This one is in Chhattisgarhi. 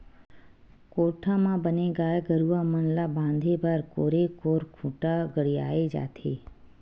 कोठा म बने गाय गरुवा मन ल बांधे बर कोरे कोर खूंटा गड़ियाये जाथे